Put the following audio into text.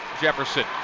Jefferson